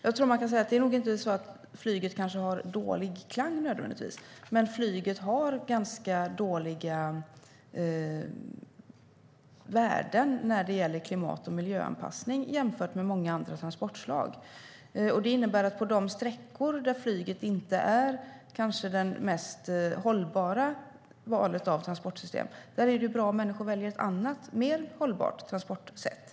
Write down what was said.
Det är nog inte så att flyget nödvändigtvis har dålig klang, men flyget har ganska dåliga värden när det gäller klimat och miljöanpassning jämfört med många andra transportslag. Det innebär att på sträckor där flyget kanske inte är det mest hållbara valet av transportslag är det bra om människor väljer ett annat mer hållbart transportsätt.